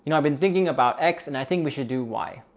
you know i've been thinking about x and i think we should do y,